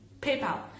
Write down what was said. PayPal